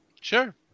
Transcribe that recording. Sure